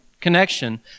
connection